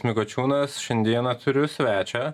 mikočiūnas šiandieną turiu svečią